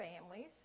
families